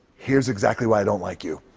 here's exactly why i don't like you.